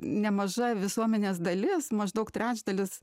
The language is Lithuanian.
nemaža visuomenės dalis maždaug trečdalis